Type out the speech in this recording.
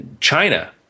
China